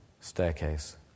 staircase